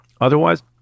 otherwise